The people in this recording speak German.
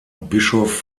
bischof